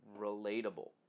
relatable